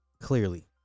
Clearly